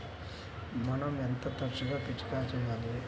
మనం ఎంత తరచుగా పిచికారీ చేయాలి?